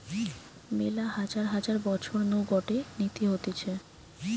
মেলা হাজার হাজার বছর নু গটে নীতি হতিছে